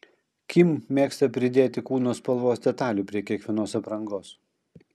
kim mėgsta pridėti kūno spalvos detalių prie kiekvienos aprangos